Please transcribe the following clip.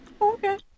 Okay